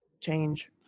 change